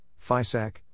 FISAC